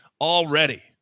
already